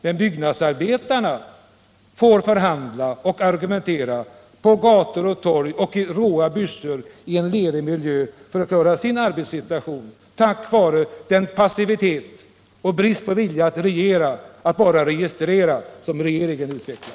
Men byggnadsarbetarna får förhandla och argumentera på gator och torg och i råa byssjor i en lerig miljö för att klara sin arbetssituation — på grund av den passivitet, den brist på vilja att reagera i stället för att bara registrera som regeringen utvecklar!